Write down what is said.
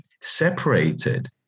separated